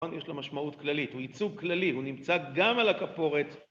יש לו משמעות כללית, הוא ייצוג כללי, הוא נמצא גם על הכפורת